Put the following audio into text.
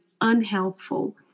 unhelpful